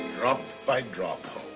drop by drop, holmes.